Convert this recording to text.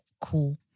cool